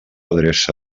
adreça